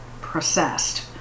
processed